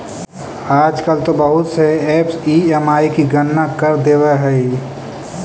आजकल तो बहुत से ऐपस ई.एम.आई की गणना कर देवअ हई